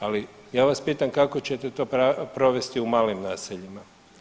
Ali ja vas pitam kako ćete to provesti u malim naseljima?